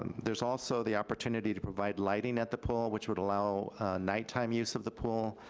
there's also the opportunity to provide lighting at the pool, which would allow nighttime use of the pool.